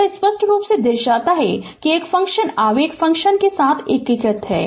यह स्पष्ट रूप से दर्शाता है कि एक फ़ंक्शन आवेग फ़ंक्शन के साथ एकीकृत है